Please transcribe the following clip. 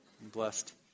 Blessed